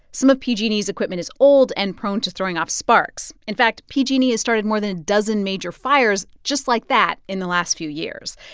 some of pg and e's equipment is old and prone to throwing off sparks. in fact, pg and e has started more than a dozen major fires just like that in the last few years.